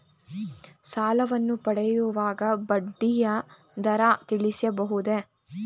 ಸಾಲವನ್ನು ಪಡೆಯುವಾಗ ಬಡ್ಡಿಯ ದರ ತಿಳಿಸಬಹುದೇ?